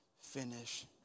finish